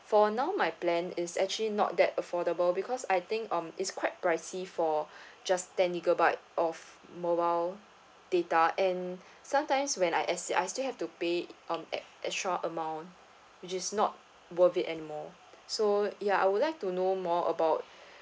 for now my plan is actually not that affordable because I think um it's quite pricey for just ten gigabyte of mobile data and sometimes when I exceed I still have to pay um ex~ extra amount which is not worth it anymore so ya I would like to know more about